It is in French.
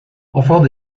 enfant